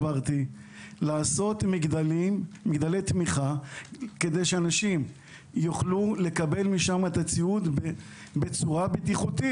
שיש לעשות מגדלי תמיכה כדי שאנשים יוכלו לקבל משם ציוד בצורה בטיחותית.